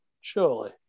surely